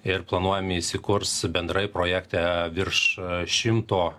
ir planuojame įsikurs bendrai projekte virš šimto